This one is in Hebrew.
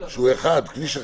שיש שם כביש אחד.